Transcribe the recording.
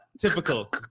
typical